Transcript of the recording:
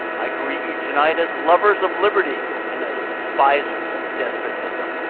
i greet you tonight as lovers of liberty and as despisers of despotism